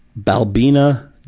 Balbina